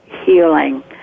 healing